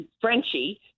Frenchie